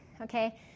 okay